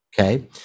Okay